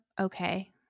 okay